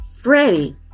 Freddie